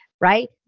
right